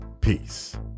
Peace